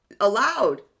allowed